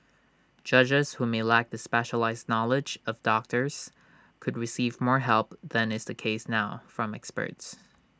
judges who may lack the specialised knowledge of doctors could receive more help than is the case now from experts